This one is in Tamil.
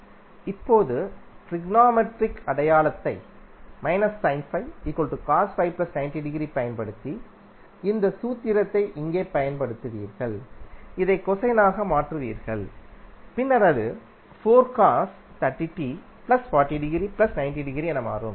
இப்போது ட்ரிக்னோமெட்ரிக் அடையாளத்தைப் பயன்படுத்தி இந்த சூத்திரத்தை இங்கே பயன்படுத்துவீர்கள் இதை கொசைனாக மாற்றுவீர்கள் பின்னர் அது என மாறும்